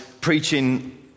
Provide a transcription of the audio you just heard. preaching